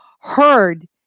heard